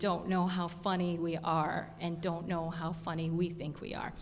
don't know how funny we are and don't know how funny we think we are